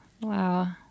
Wow